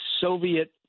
Soviet